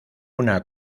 una